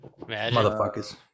Motherfuckers